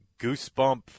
goosebump